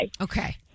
Okay